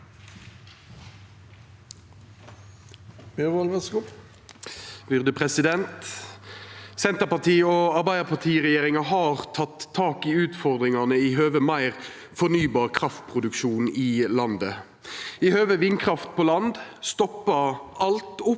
Senterparti–Ar- beidarparti-regjeringa har teke tak i utfordringane i høve til meir fornybar kraftproduksjon i landet. I høve til vindkraft på land stoppa alt opp